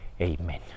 Amen